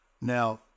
Now